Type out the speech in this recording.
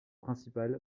principale